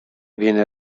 viene